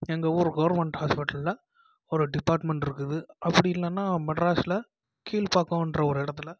எங்கள் ஊர் கவர்மெண்ட் ஹாஸ்பிட்டலில் ஒரு டிப்பார்ட்மெண்ட் இருக்குது அப்படி இல்லைன்னா மெட்ராஸில் கீழ்பாக்கம்ன்ற ஒரு இடத்துல